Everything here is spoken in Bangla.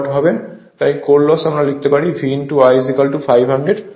তাই কোর লস আমরা লিখতে পারি V I500